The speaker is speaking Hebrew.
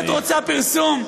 אם את רוצה פרסום,